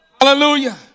Hallelujah